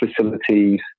facilities